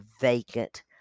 vacant